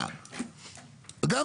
אני לא